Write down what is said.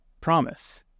promise